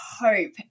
hope